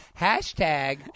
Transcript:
Hashtag